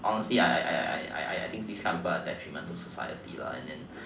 honestly I I I think these kind of people are detriment to society and then